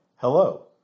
Hello